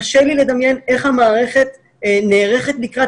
קשה לי לדמיין איך המערכת נערכת לקראת